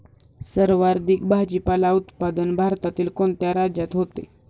सर्वाधिक भाजीपाला उत्पादन भारतातील कोणत्या राज्यात होते?